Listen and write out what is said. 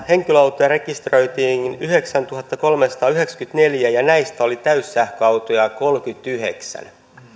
henkilöautoja rekisteröitiin yhdeksäntuhattakolmesataayhdeksänkymmentäneljä ja näistä oli täyssähköautoja kolmekymmentäyhdeksän